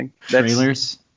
Trailers